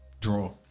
draw